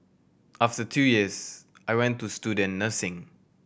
after two years I went to student nursing